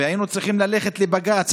והיינו צריכים ללכת לבג"ץ,